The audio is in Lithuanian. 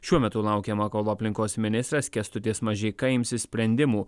šiuo metu laukiama kol aplinkos ministras kęstutis mažeika imsis sprendimų